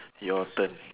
your turn